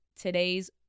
today's